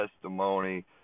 testimony